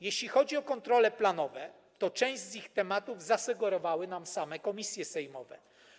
Jeśli chodzi o kontrole planowe, to część z ich tematów zasugerowały nam same komisje sejmowe.